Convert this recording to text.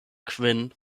kvin